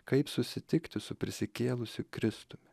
kaip susitikti su prisikėlusiu kristumi